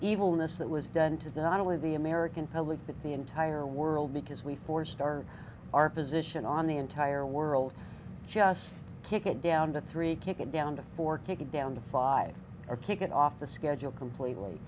evilness that was done to the not only the american public but the entire world because we forced our our position on the entire world just kick it down to three kick it down to four take it down to five or kick it off the schedule completely